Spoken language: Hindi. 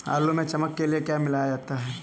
आलू में चमक के लिए क्या मिलाया जाता है?